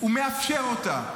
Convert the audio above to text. הוא מאפשר אותה,